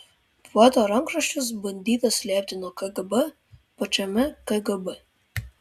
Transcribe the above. poeto rankraščius bandyta slėpti nuo kgb pačiame kgb